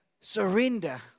surrender